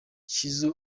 shizzo